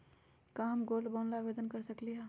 का हम gold bond ला आवेदन कर सकली ह?